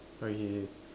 okay K